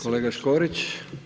kolega Škorić.